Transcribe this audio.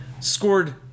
scored